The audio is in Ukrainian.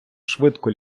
швидко